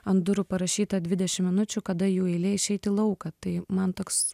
ant durų parašyta dvidešim minučių kada jų eilė išeit į lauką tai man toks